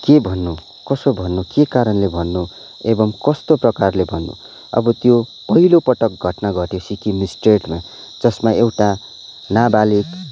के भन्नु कसो भन्नु के कारणले भन्नु एवम् कस्तो प्रकारले भन्नु अब त्यो पहिलो पटक घटना घट्यो सिक्किम स्टेटमा जसमा एउटा नाबालिक